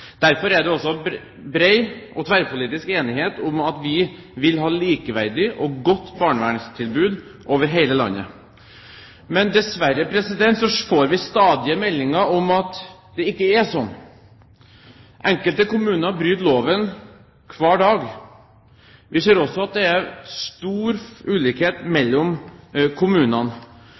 Derfor er det også bred og tverrpolitisk enighet om at vi vil ha et likeverdig og godt barnevernstilbud over hele landet. Men dessverre får vi stadige meldinger om at det ikke er sånn. Enkelte kommuner bryter loven hver dag. Vi ser også at det er stor ulikhet mellom kommunene.